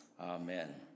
amen